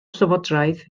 llywodraeth